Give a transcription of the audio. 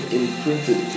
imprinted